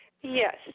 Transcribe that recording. Yes